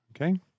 Okay